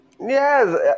Yes